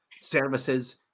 services